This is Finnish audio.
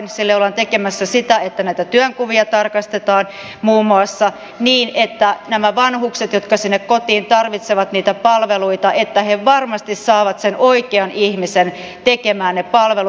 sille ollaan tekemässä sitä että näitä työnkuvia tarkastetaan muun muassa niin että nämä vanhukset jotka sinne kotiin tarvitsevat niitä palveluita varmasti saavat sen oikean ihmisen tekemään ne palvelut